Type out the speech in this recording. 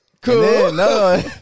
Cool